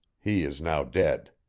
he is now dead.